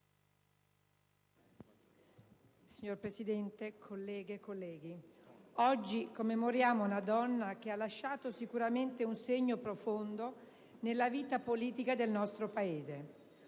Signor Presidente, colleghe e colleghi, oggi commemoriamo una donna che ha lasciato sicuramente un segno profondo nella vita politica del nostro Paese.